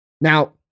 Now